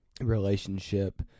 relationship